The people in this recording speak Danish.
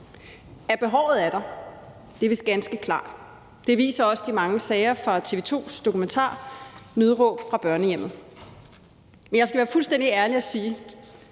At behovet er der, er vist ganske klart. Det viser også de mange sager fra TV 2's dokumentar »Nødråb fra børnehjemmet«. Men jeg skal være fuldstændig ærlig og sige,